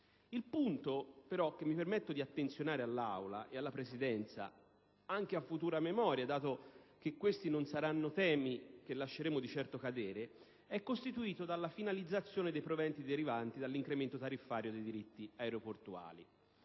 Il punto, però, che mi permetto di attenzionare all'Aula e alla Presidenza, anche a futura memoria, dato che questi non saranno temi che lasceremo di certo cadere, concerne la finalizzazione dei proventi derivanti dall'incremento tariffario dei diritti aeroportuali.